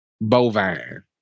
bovine